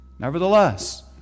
Nevertheless